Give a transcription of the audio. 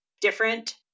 different